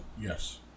Yes